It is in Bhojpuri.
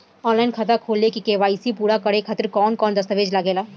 आनलाइन खाता खोले में के.वाइ.सी पूरा करे खातिर कवन कवन दस्तावेज लागे ला?